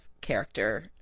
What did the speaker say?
character